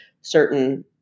certain